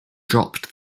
dropped